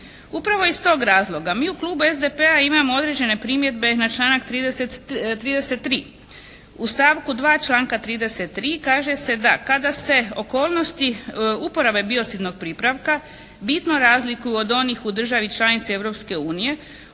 Upravo iz tog razloga mi u Klubu SDP-a imamo određene primjedbe na članak 33. U stavku 2. članka 33. kaže se da kada se okolnosti uporabe biocidnog pripravka vidno razlikuju od onih u državi članici